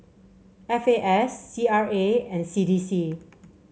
F A S C R A and C D C